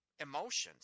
emotions